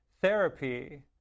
therapy